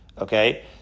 okay